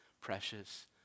precious